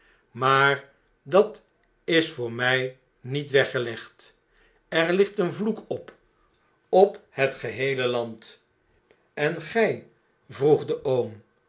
maar dat is voor mij niet weggelegd er ligt een vloek op op het geheele land en gy vroeg deoom